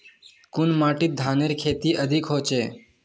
कुन माटित धानेर खेती अधिक होचे?